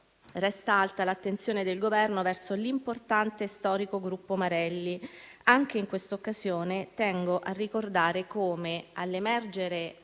resta alta l'attenzione del Governo verso l'importante e storico gruppo Marelli. Anche in questa occasione tengo a ricordare come, all'emergere